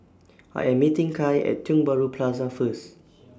I Am meeting Kai At Tiong Bahru Plaza First